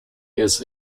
has